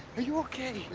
are you okay? yeah,